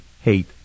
hate